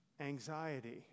anxiety